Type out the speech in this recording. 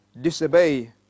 disobey